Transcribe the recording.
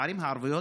בערים הערביות,